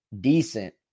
decent